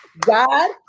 God